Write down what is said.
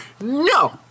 No